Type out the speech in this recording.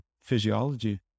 physiology